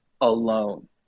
alone